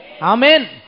Amen